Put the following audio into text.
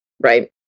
right